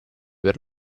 per